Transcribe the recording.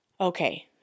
okay